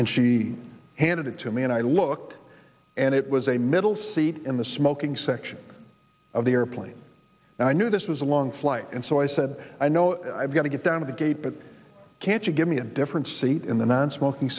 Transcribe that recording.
and she handed it to me and i looked and it was a middle seat in the smoking section of the airplane and i knew this was a long flight and so i said i know i've got to get down to the gate but can't you give me a different seat in the nonsmoking